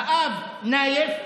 האב נאיף,